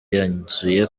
yanzuye